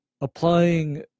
applying